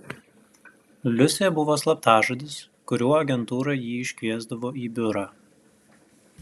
liusė buvo slaptažodis kuriuo agentūra jį iškviesdavo į biurą